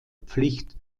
pflicht